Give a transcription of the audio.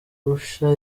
arusha